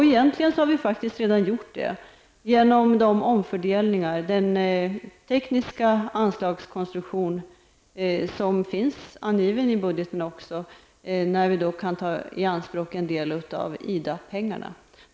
Egentligen har det redan gjorts med hjälp av den tekniska anslagskonstruktion som finns angiven i budgeten, bl.a. när vi kan ta i anspråk en del av IDA pengarna.